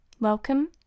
Welcome